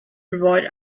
provide